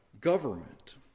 government